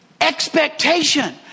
Expectation